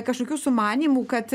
kažkokių sumanymų kad